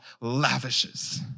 lavishes